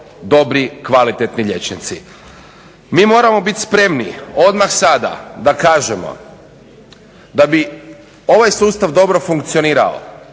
dobri kvalitetni liječnici. Mi moramo biti spremni odmah sada da kažemo da bi ovaj sustav dobro funkcionirao,